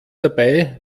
dabei